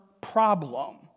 problem